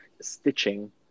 stitching